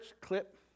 Clip